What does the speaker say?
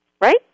Right